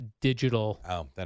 digital